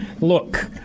Look